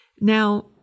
Now